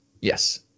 Yes